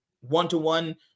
one-to-one